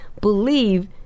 Believe